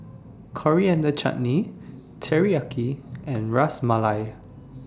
Coriander Chutney Teriyaki and Ras Malai